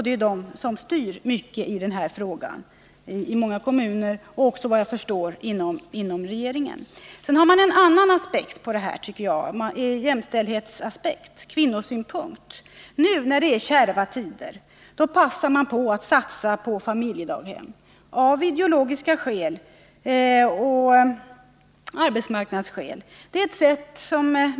Det är moderaterna som styr mycket i den här frågan inom många kommuner och, såvitt jag förstår, också inom regeringen. Sedan finns det en annan aspekt på detta — en jämställdhetsaspekt, en kvinnosynpunkt. Nu när det är kärva tider passar man på att satsa på familjedaghem av ideologiska skäl och arbetsmarknadsskäl.